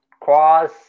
Cross